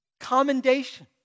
commendation